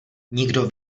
nikdo